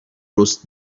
رست